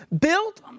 Built